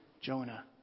Jonah